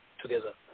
together